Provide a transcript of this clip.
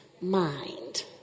mind